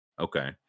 Okay